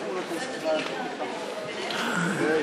מכובדי,